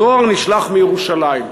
הדואר נשלח מירושלים.